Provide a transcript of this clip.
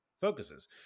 focuses